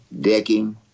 Decking